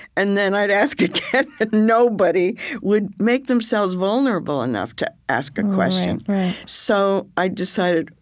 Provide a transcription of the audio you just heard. and then i'd ask again, and nobody would make themselves vulnerable enough to ask a question so i decided,